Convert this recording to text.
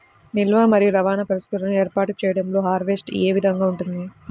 నిల్వ మరియు రవాణా పరిస్థితులను ఏర్పాటు చేయడంలో హార్వెస్ట్ ఏ విధముగా ఉంటుంది?